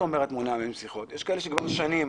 יש כאלה שכבר שנים